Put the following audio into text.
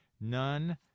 None